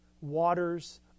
waters